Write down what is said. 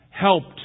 Helped